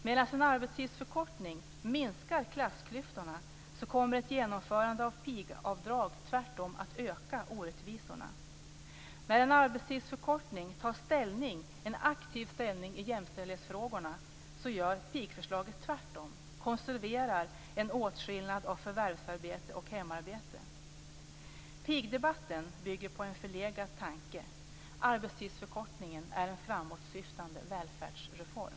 Medan en arbetstidsförkortning minskar klassklyftorna kommer ett genomförande av pigavdrag tvärtom att öka orättvisorna. När en arbetstidsförkortning tar en aktiv ställning i jämställdhetsfrågan gör pigförslaget tvärtom. Det konserverar en åtskillnad av förvärvsarbete och hemarbete. Pigdebatten bygger på en förlegad tanke. Arbetstidsförkortningen är en framåtsyftande välfärdsreform.